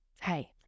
hey